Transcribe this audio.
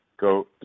go